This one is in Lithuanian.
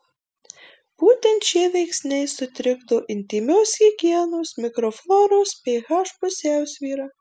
būtent šie veiksniai sutrikdo intymios higienos mikrofloros ph pusiausvyrą